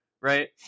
right